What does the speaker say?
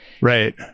Right